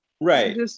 Right